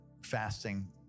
fasting